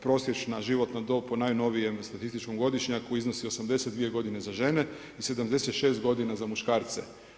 Prosječna životna dob po najnovijem statističkom godišnjaku iznosi 82 godine za žene i 76 godina za muškarce.